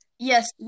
Yes